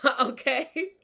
Okay